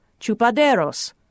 chupaderos